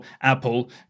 Apple